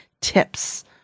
TIPS